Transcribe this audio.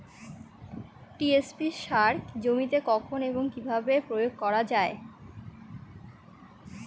TSP সার জমিতে কখন এবং কিভাবে প্রয়োগ করা য়ায়?